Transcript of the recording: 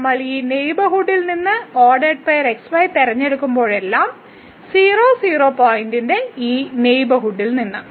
നമ്മൾ ഈ നെയ്ബർഹുഡിൽ നിന്ന് x y തിരഞ്ഞെടുക്കുമ്പോഴെല്ലാം 00 പോയിന്റിന്റെ ഈ നെയ്ബർഹുഡിൽ നിന്ന്